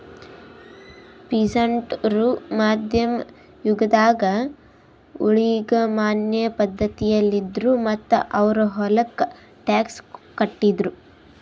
peasant ರು ಮಧ್ಯಮ್ ಯುಗದಾಗ್ ಊಳಿಗಮಾನ್ಯ ಪಧ್ಧತಿಯಲ್ಲಿದ್ರು ಮತ್ತ್ ಅವ್ರ್ ಹೊಲಕ್ಕ ಟ್ಯಾಕ್ಸ್ ಕಟ್ಟಿದ್ರು